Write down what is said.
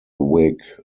wig